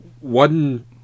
one